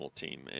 team